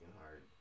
hard